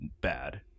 bad